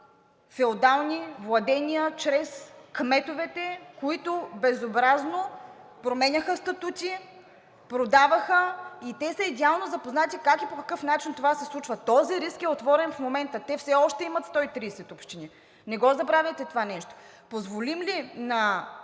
феодални владения чрез кметовете, които безобразно променяха статути, продаваха, и те са идеално запознати как и по какъв начин това се случва. Този риск е отворен в момента. Те все още имат 130 общини. Не го забравяйте това нещо. Позволим ли на